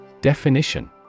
Definition